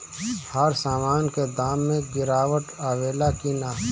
हर सामन के दाम मे गीरावट आवेला कि न?